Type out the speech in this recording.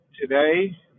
today